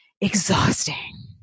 exhausting